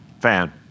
fan